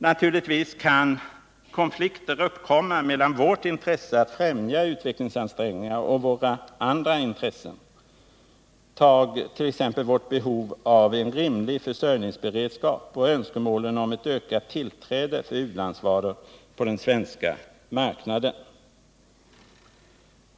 Naturligtvis kan konflikter uppkomma mellan vårt intresse att främja utvecklingsansträngningar och våra andra intressen — tag t.ex. vårt behov av en rimlig försörjningsberedskap och önskemålen om ett ökat tillträde för ulandsvaror på den svenska marknaden.